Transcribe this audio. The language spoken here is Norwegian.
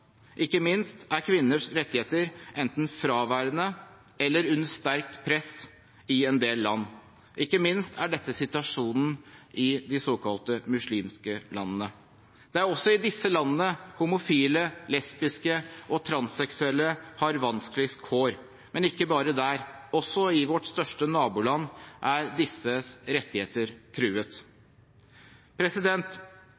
ikke i alle land. Kvinners rettigheter er enten fraværende eller under sterkt press i en del land, og ikke minst er dette situasjonen i de såkalt muslimske landene. Det er også i disse landene homofile, lesbiske og transseksuelle har vanskeligst kår, men ikke bare der: Også i vårt største naboland er disse rettigheter truet.